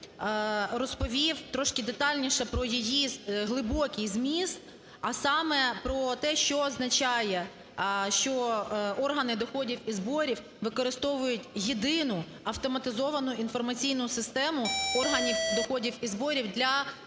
розповів трошки детальніше про її глибокий зміст, а саме про те, що означає, що органи доходів і зборів використовують Єдину автоматизовану інформаційну систему органів доходів і зборів для